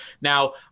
Now